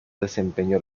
desempeñó